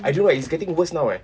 I don't why it's getting worse now eh